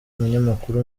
umunyamakuru